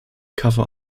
cover